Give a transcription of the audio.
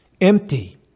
Empty